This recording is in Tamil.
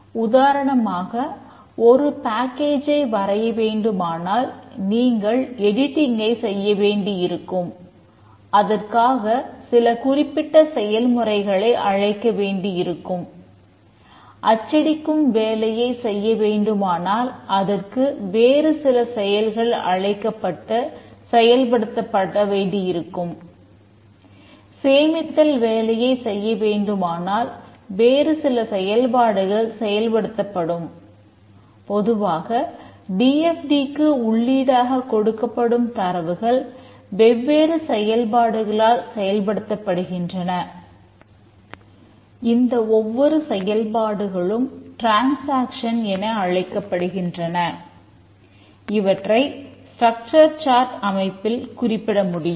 உதாரணமாக ஒரு பேக்கேஜ் அமைப்பில் குறிப்பிடமுடியும்